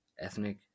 ethnic